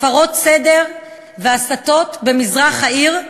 הפרות סדר והסתות במזרח העיר,